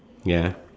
ya